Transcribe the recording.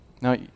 Now